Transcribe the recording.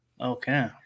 Okay